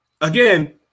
again